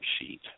sheet